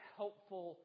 helpful